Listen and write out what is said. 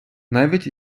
навіть